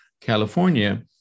California